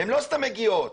והן לא סתם מגיעות,